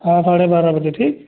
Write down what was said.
हाँ साढ़े बारह बजे ठीक